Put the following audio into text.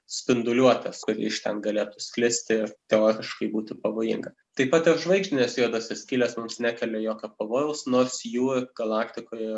spinduliuotės kuri iš ten galėtų sklisti ir teoriškai būtų pavojinga taip pat ir žvaigždinės juodosios skylės mums nekelia jokio pavojaus nors jų galaktikoje